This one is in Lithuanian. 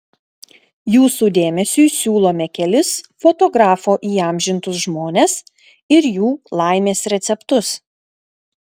jūsų dėmesiui siūlome kelis fotografo įamžintus žmones ir jų laimės receptus